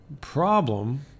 Problem